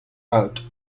out